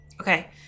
Okay